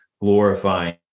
glorifying